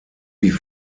wie